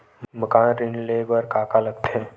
मकान ऋण ले बर का का लगथे?